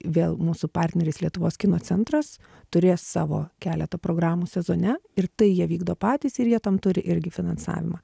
vėl mūsų partneris lietuvos kino centras turės savo keletą programų sezone ir tai jie vykdo patys ir jie tam turi irgi finansavimą